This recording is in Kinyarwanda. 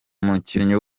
umukinnyi